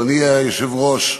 אדוני היושב-ראש,